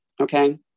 Okay